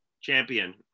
champion